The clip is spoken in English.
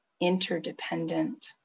interdependent